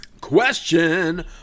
Question